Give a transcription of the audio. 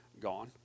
gone